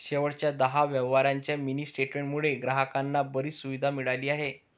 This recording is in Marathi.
शेवटच्या दहा व्यवहारांच्या मिनी स्टेटमेंट मुळे ग्राहकांना बरीच सुविधा मिळाली आहे